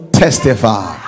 testify